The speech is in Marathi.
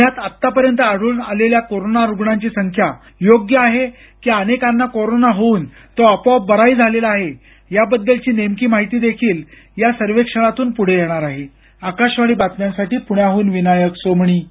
पुण्यात आत्तापर्यंत आढळून आलेल्या कोरोना रुग्णांची संख्या योग्य आहे की अनेकांना कोरोना होऊन तो आपोआप बराही झालेला आहे याबद्दलची नेमकी माहिती देखील या सर्वेक्षणातून पुढे येणार आहे आकाशवाणी बातम्यांसाठी विनायक सोमणी पुणे